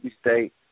State